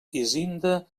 hisenda